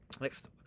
Next